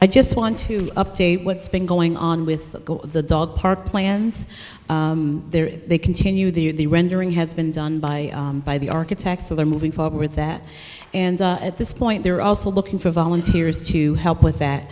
i just want to update what's been going on with the dog park plans there is they continue the rendering has been done by by the architects so they're moving forward that at this point they're also looking for volunteers to help with that